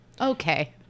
Okay